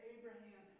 Abraham